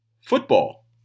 football